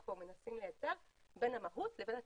פה מנסים לייצר בין המהות לבין הטכנולוגיה.